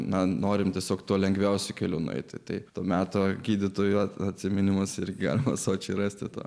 norime tiesiog tuo lengviausiu keliu nueiti taip to meto gydytojų atsiminimus ir gerklas o čia rasti tą